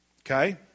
Okay